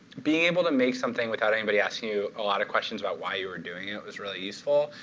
being able to make something without anybody asking you a lot of questions about why you were doing it was really useful.